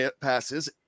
passes